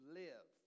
live